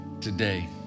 today